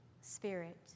Spirit